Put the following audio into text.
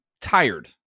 tired